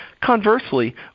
Conversely